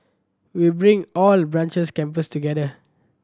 we'll bring all the branches campuses together